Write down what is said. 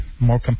More